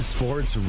Sports